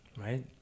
Right